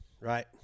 right